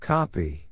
Copy